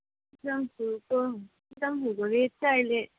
season फुलको season फुलको rate चाहिँ अहिले